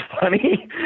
funny